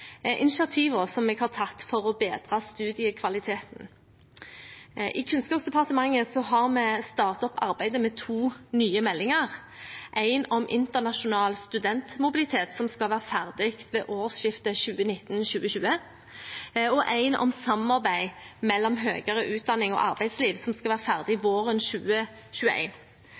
som jeg har tatt for å bedre studiekvaliteten. I Kunnskapsdepartementet har vi startet arbeidet med to nye meldinger, en om internasjonal studentmobilitet, som skal være ferdig ved årsskiftet 2019/2020, og en om samarbeid mellom høyere utdanning og arbeidsliv, som skal være ferdig våren